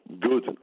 good